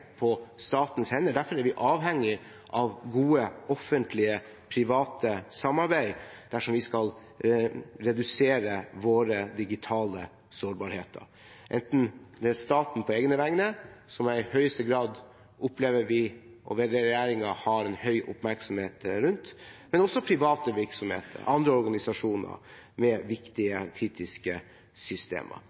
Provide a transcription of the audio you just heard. på statens hender. Derfor er vi avhengig av godt offentlig og privat samarbeid dersom vi skal redusere våre digitale sårbarheter, enten det er staten på egne vegne – som jeg i høyeste grad opplever vi i regjeringen har stor oppmerksomhet på – private virksomheter eller andre organisasjoner med viktige, kritiske systemer.